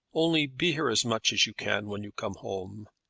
only be here as much as you can when you come home.